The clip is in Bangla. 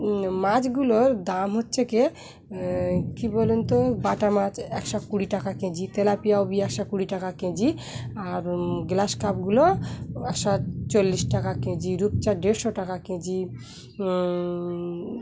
মাছগুলোর দাম হচ্ছে ক কী বলেন তো বাটা মাছ একশো কুড়ি টাকা কেজি তেলাপিয়াওবি একশো কুড়ি টাকা কেজি আর গ্লাস কাপগুলো একশো চল্লিশ টাকা কেজি রুপচাঁদ দেড়শো টাকা কেজি